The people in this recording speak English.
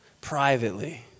Privately